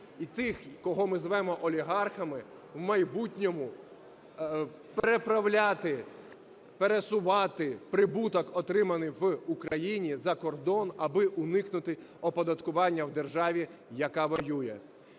і тим, кого ми звемо олігархами, в майбутньому переправляти, пересувати прибуток, отриманий в Україні, за кордон, аби уникнути оподаткування в державі, яка воює.